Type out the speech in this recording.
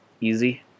easy